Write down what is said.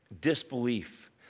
disbelief